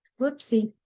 Whoopsie